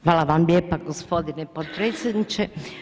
Hvala vam lijepa g. potpredsjedniče.